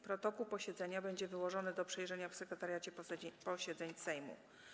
Protokół posiedzenia będzie wyłożony do przejrzenia w Sekretariacie Posiedzeń Sejmu.